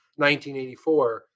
1984